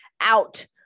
out